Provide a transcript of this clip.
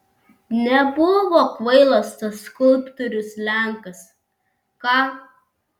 nebuvo kvailas tas skulptorius lenkas ką